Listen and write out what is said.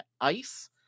Ice